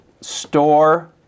store